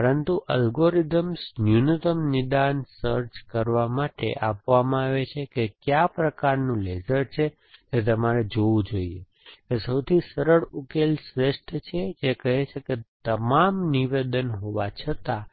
પરંતુ અલ્ગોરિધમ્સ ન્યૂનતમ નિદાન સર્ચ કરવા માટે આપવામાં આવે છે કે કયા પ્રકારનું લેસર છે જે તમારે જોવું જ જોઈએ કે સૌથી સરળ ઉકેલ શ્રેષ્ઠ છે જે કહે છે કે તમામ નિદાન હોવા છતાં